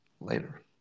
later